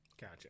Gotcha